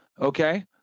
okay